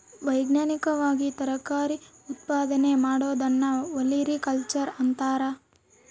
ವೈಜ್ಞಾನಿಕವಾಗಿ ತರಕಾರಿ ಉತ್ಪಾದನೆ ಮಾಡೋದನ್ನ ಒಲೆರಿಕಲ್ಚರ್ ಅಂತಾರ